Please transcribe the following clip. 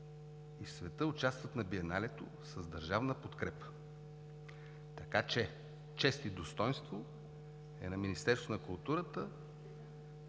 в света участват на Биеналето с държавна подкрепа. Така че чест и достойнство на Министерството на културата,